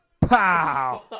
Pow